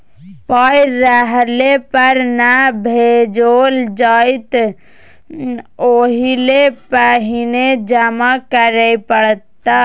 पाय रहले पर न भंजाओल जाएत ओहिलेल पहिने जमा करय पड़त